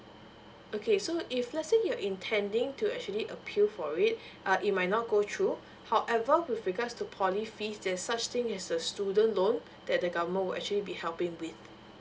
okay so if let's say you intending to actually appeal for it uh it might not go through however with regards to poly fees there's such thing as a student loan that the government will actually be helping with